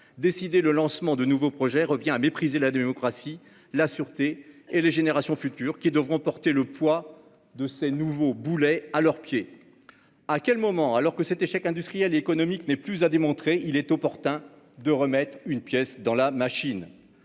Décider le lancement de ces projets revient à mépriser la démocratie, la sûreté et les générations futures, qui devront porter le poids de ces nouveaux boulets à leurs pieds. Alors que cet échec industriel et économique n'est plus à démontrer, est-il opportun de remettre une pièce dans la machine ?